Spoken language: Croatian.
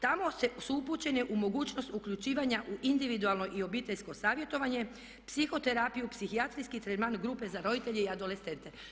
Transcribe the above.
Tamo su upućeni u mogućnost uključivanja u individualno i obiteljsko savjetovanje, psihoterapiju, psihijatrijski tretman grupe za roditelje i adolescente.